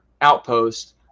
outpost